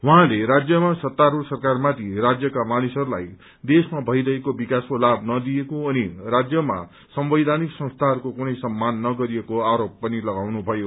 उहाँले राज्यमा सत्तारूढ़ सरकारमाथि राज्यका मानिसहरूलाई देशमा भइरहेको विकासको लाभ नदिएको अनि राज्यमा संवैधानिक संसीहरूको कुनै सममान नगरिएको आरोप पनि लगाउनुभयो